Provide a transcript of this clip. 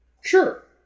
Sure